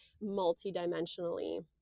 multi-dimensionally